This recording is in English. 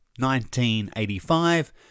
1985